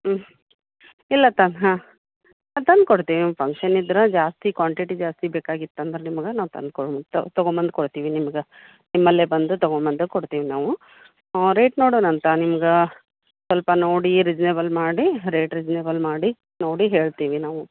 ಹ್ಞೂ ಇಲ್ಲ ತ ಹಾಂ ತಂದು ಕೊಡ್ತೀವಿ ಫಂಕ್ಷನ್ ಇದ್ರೆ ಜಾಸ್ತಿ ಕ್ವಾಂಟಿಟಿ ಜಾಸ್ತಿ ಬೇಕಾಗಿತ್ತು ಅಂದ್ರೆ ನಿಮಗೆ ನಾವು ತಂದು ಕೊಡು ತಗೊಂಬಂದು ಕೊಡ್ತೀವಿ ನಿಮ್ಗೆ ನಿಮ್ಮಲ್ಲೇ ಬಂದು ತೊಗೊಂಬಂದು ಕೊಡ್ತೀವಿ ನಾವು ರೇಟ್ ನೋಡೋಣಂತೆ ನಿಮ್ಗೆ ಸ್ವಲ್ಪ ನೋಡಿ ರೀಸ್ನೇಬಲ್ ಮಾಡಿ ರೇಟ್ ರೀಸ್ನೇಬಲ್ ಮಾಡಿ ನೋಡಿ ಹೇಳ್ತೀವಿ ನಾವು